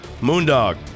Moondog